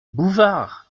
bouvard